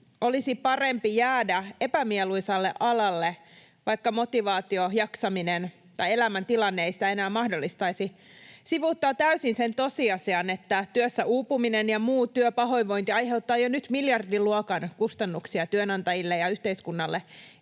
olisi parempi jäädä epämieluisalle alalle, vaikka motivaatio, jaksaminen tai elämäntilanne eivät sitä enää mahdollistaisi, sivuuttaa täysin sen tosiasian, että työssä uupuminen ja muu työpahoinvointi aiheuttaa jo nyt miljardin luokan kustannuksia työnantajille ja yhteiskunnalle